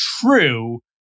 true